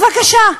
בבקשה.